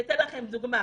אני אתן לכם דוגמה.